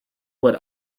would